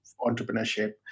entrepreneurship